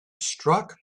struck